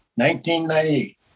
1998